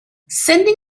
sending